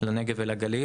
לנגב והגליל.